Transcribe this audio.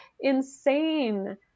insane